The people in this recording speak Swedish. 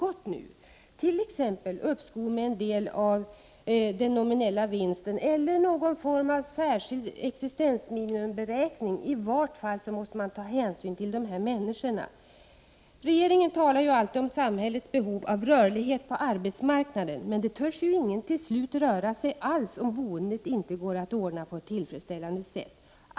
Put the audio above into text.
Man kan t.ex. ge människor uppskov med inbetalning av en del av den nominella vinsten. Man kan också införa någon typ av särskild existensminimumberäkning. Man måste i varje fall på något sätt ta hänsyn till dessa människor. Regeringen talar alltid om samhällets behov av rörlighet på arbetsmarknaden. Men till slut törs ju inga människor röra sig alls, om boendet inte går att ordna på ett tillfredsställande sätt.